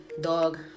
Dog